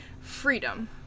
freedom